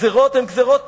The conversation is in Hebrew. הגזירות הן גזירות